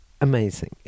amazing